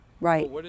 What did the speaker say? Right